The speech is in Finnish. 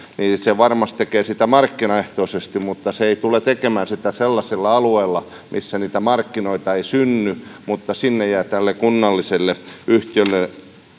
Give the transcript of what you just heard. varmasti tekee sitä markkinaehtoisesti mutta se ei tule tekemään sitä sellaisilla alueilla missä niitä markkinoita ei synny mutta sinne jää tälle kunnalliselle yhtiölle